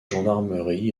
gendarmerie